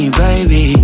baby